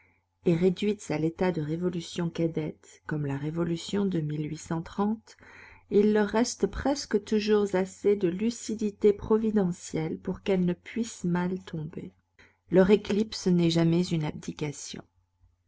et réduites à l'état de révolution cadette comme la révolution de il leur reste presque toujours assez de lucidité providentielle pour qu'elles ne puissent mal tomber leur éclipse n'est jamais une abdication